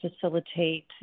facilitate